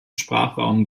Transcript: sprachraum